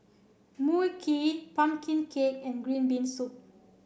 Mui Kee pumpkin cake and green bean soup